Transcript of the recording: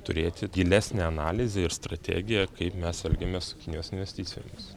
turėti gilesnę analizę ir strategiją kaip mes elgiamės su kinijos investicijomis